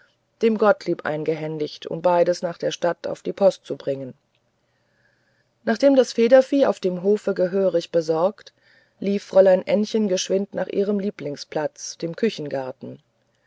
dem gottlieb eingehändigt um beides nach der stadt auf die post zu tragen nachdem das federvieh auf dem hofe gehörig besorgt lief fräulein ännchen geschwind nach ihrem lieblingsplatz dem